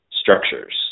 structures